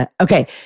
Okay